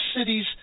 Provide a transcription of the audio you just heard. cities